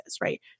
right